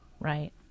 Right